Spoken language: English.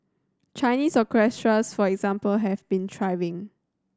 Chinese orchestras for example have been thriving